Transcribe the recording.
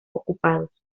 ocupados